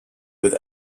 with